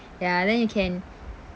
ya then you can